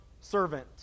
servant